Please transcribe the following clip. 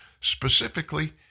specifically